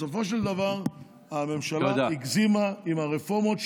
בסופו של דבר הממשלה הגזימה עם הרפורמות,